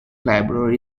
library